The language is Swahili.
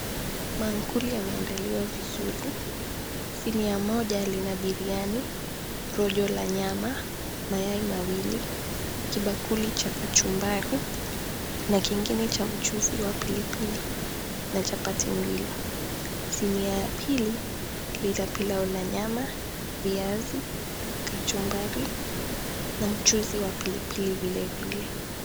Maankuli yameandaliwa vizuri. Sinia moja lina biriani, rojo la nyama, mayai mawili, kibakuli cha kachumbari na kingine cha mchuzi wa pilipili na chapati mbili. Sinia ya pili ina pilau la nyama, viazi, kachumbari na mchuzi wa pilipili vilevile.